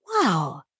wow